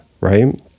right